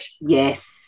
Yes